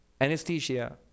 anesthesia